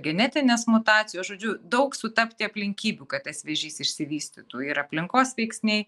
genetinės mutacijos žodžiu daug sutapti aplinkybių kad tas vėžys išsivystytų ir aplinkos veiksniai